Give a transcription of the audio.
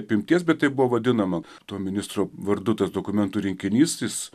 apimties bet taip buvo vadinama to ministro vardu tas dokumentų rinkinys jis